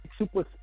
Super